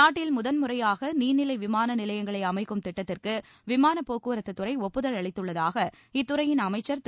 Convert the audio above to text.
நாட்டில் முதன்முறையாக நீர்நிலை விமான நிலையங்களை அமைக்கும் திட்டத்திற்கு விமானப்போக்குவரத்துத்துறை ஒப்புதல் அளித்துள்ளதாக இத்துறையின் அமைச்சர் திரு